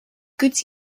goods